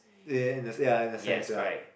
yea in ya in the sense ya